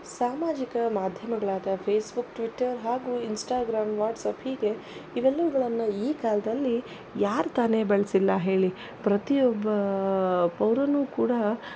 ಸಾಮಾಜಿಕ ಮಾಧ್ಯಮಗಳಾದ Facebook Twitter ಹಾಗೂ ಇನ್ಸ್ಟಾಗ್ರಾಮ್ ವಾಟ್ಸಪ್ ಹೀಗೆ ಇವೆಲ್ಲವುಗಳನ್ನು ಈ ಕಾಲದಲ್ಲಿ ಯಾರು ತಾನೇ ಬಳಸಿಲ್ಲ ಹೇಳಿ ಪ್ರತಿಯೊಬ್ಬ ಪೌರನೂ ಕೂಡ